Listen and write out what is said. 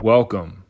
Welcome